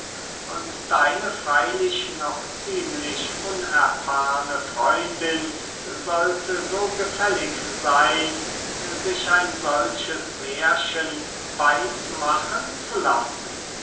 und deine freylich noch ziemlich unerfahrne freundin sollte so gefällig seyn sich ein solches mährchen weiß machen zu lassen